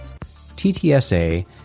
TTSA